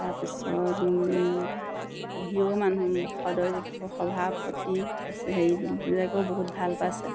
তাৰপিছত ভিঅ' মানুহ সদস্য় সভাপতি পাইছে হেৰিবিলাকেও বহুত ভাল পাইছে